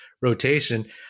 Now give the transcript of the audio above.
rotation